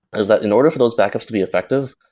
is that in order for those backups to be effective,